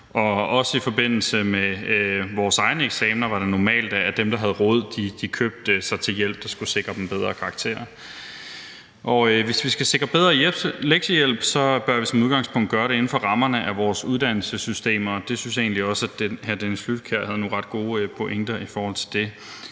også i forbindelse med vores egne eksamener var det normalt, at dem, der havde råd, købte sig til hjælp, der skulle sikre dem bedre karakterer. Hvis vi skal sikre bedre lektiehjælp, bør vi som udgangspunkt gøre det inden for rammerne af vores uddannelsessystem, og det synes jeg egentlig også at hr. Dennis Flydtkjær havde nogle ret gode pointer om. For SF er dette